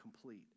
complete